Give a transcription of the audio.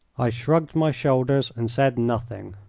i shrugged my shoulders and said nothing.